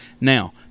Now